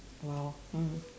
!wow! mm